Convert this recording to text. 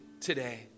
today